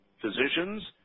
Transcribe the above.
physicians